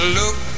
look